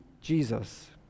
Jesus